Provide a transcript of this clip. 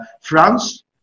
France